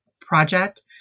project